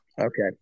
Okay